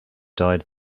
died